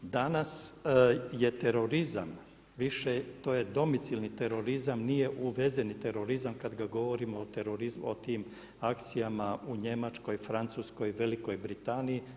Danas je terorizam, više to je domicilni terorizam nije uvezeni terorizam kada govorimo o tim akcijama u Njemačkoj, Francuskoj, Velikoj Britaniji.